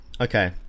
Okay